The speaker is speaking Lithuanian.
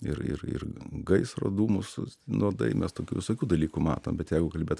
ir ir ir gaisro dūmus nuodai mes tokių visokių dalykų matom bet jeigu kalbėt